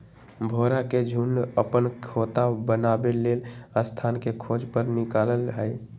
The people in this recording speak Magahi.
भौरा के झुण्ड अप्पन खोता बनाबे लेल स्थान के खोज पर निकलल हइ